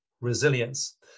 resilience